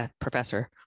professor